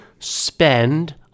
spend